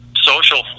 social